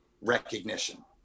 recognition